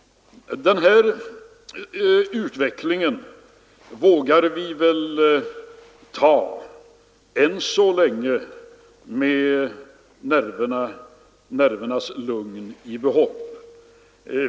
Denna utveckling vågar vi väl än så länge ta med lugnet i behåll.